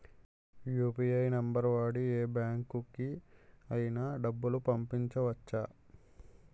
UPI number వాడి యే బ్యాంకుకి అయినా డబ్బులు పంపవచ్చ్చా?